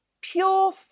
pure